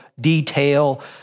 detail